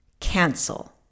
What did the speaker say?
cancel